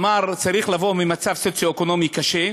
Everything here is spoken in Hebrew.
אמר שצריך לבוא ממצב סוציו-אקונומי קשה,